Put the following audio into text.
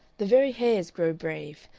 the very hares grow brave.